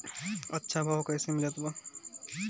अच्छा भाव कैसे मिलत बा?